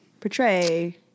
portray